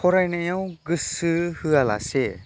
फरायनायाव गोसो होआलासे